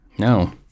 No